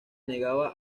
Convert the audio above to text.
negaba